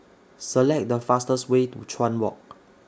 Select The fastest Way to Chuan Walk